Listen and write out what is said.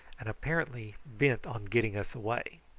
and apparently bent on getting us away.